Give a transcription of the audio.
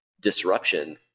disruption